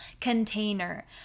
container